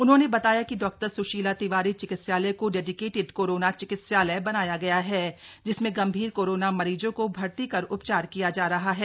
उन्होंने बताया कि डॉ स्शीला तिवारी चिकित्सालय को डेडीकेटेड कोरोना चिकित्सालय बनाया गया है जिसमें गंभीर कोरोना मरीजों को भर्ती कर उपचार किया जा रहा है